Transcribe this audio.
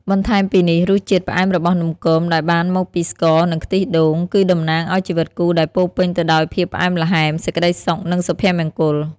បន្ថែមពីនេះ រសជាតិ ផ្អែមរបស់នំគមដែលបានមកពីស្ករ និងខ្ទិះដូង គឺតំណាងឲ្យជីវិតគូដែលពោរពេញទៅដោយភាពផ្អែមល្ហែម សេចក្ដីសុខ និងសុភមង្គល។